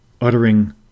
uttering